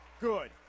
good